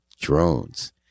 drones